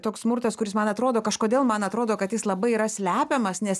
toks smurtas kuris man atrodo kažkodėl man atrodo kad jis labai yra slepiamas nes